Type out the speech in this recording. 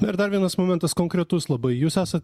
na ir dar vienas momentas konkretus labai jūs esat